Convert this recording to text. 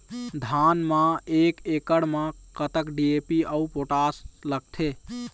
धान म एक एकड़ म कतका डी.ए.पी अऊ पोटास लगथे?